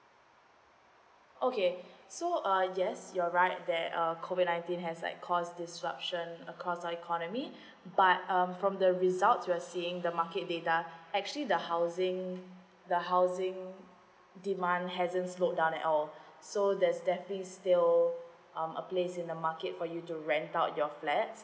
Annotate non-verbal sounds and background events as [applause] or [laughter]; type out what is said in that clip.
okay so uh yes you're right that uh COVID nineteen has like caused disruption across the economy [breath] but um from the results we're seeing the market data actually the housing the housing demand hasn't slow down at all [breath] so there's definitely still um a place in the market for you to rent out your flat